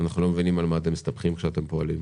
אנחנו לא מבינים על מה אתם מסתמכים כשאתם פועלים.